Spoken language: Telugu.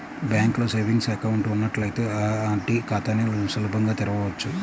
బ్యాంకులో సేవింగ్స్ అకౌంట్ ఉన్నట్లయితే ఆర్డీ ఖాతాని సులభంగా తెరవచ్చు